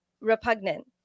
repugnant